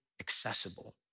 accessible